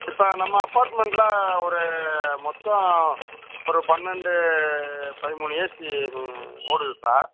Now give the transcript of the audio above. இப்போ நம்ம அப்பார்ட்மெண்ட்டில் ஒரு மொத்தம் ஒரு பன்னெண்டு பதிமூணு ஏசி ஓடுது சார்